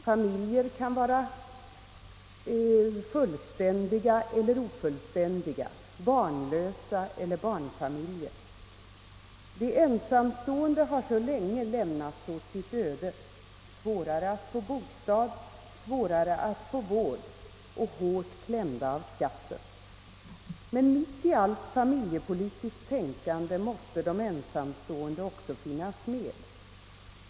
Familjer kan vara fullständiga eller ofullständiga, barnlösa eller barnfamiljer. De ensamstående har så länge lämnats åt sitt öde — för dem är det svårare att få bostad, svårare att få vård och de är hårt klämda av skatten. Men i allt familjepolitiskt tänkande måste de ensamstående också finnas med.